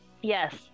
Yes